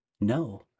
No